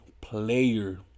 player